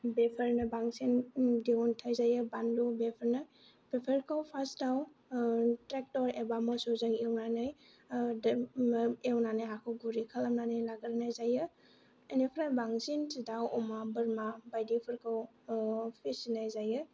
बेफोरनो बांसिन दिहुनथाय जायो बानलु बेफोरनो बेफोरखौ फार्स्टआव ट्रेक्टर एबा मोसौजों एवनानै एवनानै हाखौ गुरै खालामनानै लाग्रोनाय जायो बेनिफ्राय बांसिन दाव अमा बोरमा बायदिफोरखौ फिसिनाय जायो